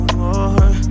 more